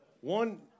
One